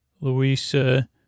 Louisa